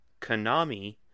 Konami